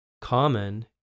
common